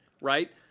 right